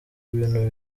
ibintu